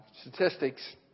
statistics